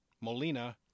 Molina